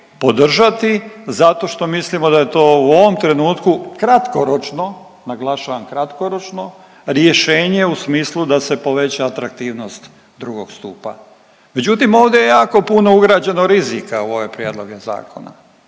podržati zato što mislimo da je to u ovom trenutku kratkoročno, naglašavam kratkoročno, rješenje u smislu da se poveća atraktivnost 2. stupa. Međutim ovdje je jako puno ugrađeno rizika u ove prijedloge zakona.